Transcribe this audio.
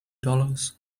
dollars